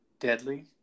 deadly